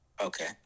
Okay